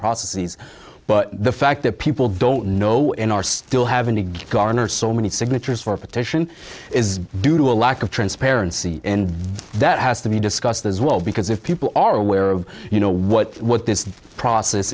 prophecies but the fact that people don't know we're in are still having to garner so many signatures for a petition is due to a lack of transparency and that has to be discussed as well because if people are aware of you know what what this process